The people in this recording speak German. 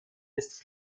ist